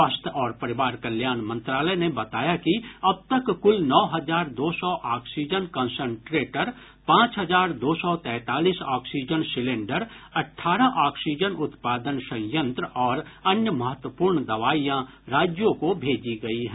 स्वास्थ्य और परिवार कल्याण मंत्रालय ने बताया कि अब तक कुल नौ हजार दो सौ ऑक्सीजन कंसन्ट्रेटर पांच हजार दो सौ तैंतालीस ऑक्सीजन सिलेण्डर अठसारह ऑक्सीजन उत्पादन संयंत्र और अन्य महत्वपूर्ण दवाईयां राज्यों को भेजी गई हैं